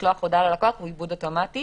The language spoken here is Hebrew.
לשלוח הודעה ללקוח הוא עיבוד אוטומטי.